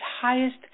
highest